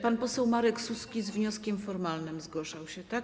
Pan poseł Marek Suski z wnioskiem formalnym się zgłaszał, tak?